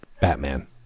Batman